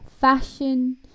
fashion